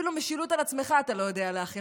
אפילו משילות על עצמך אתה לא יודע להחיל.